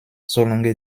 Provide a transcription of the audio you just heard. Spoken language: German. solange